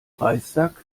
reissack